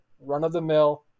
run-of-the-mill